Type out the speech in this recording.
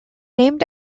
named